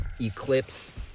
Eclipse